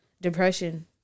depression